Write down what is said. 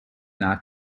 not